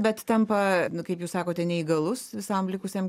bet tampa kaip jūs sakote neįgalus visam likusiam